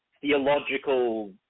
theological